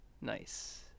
nice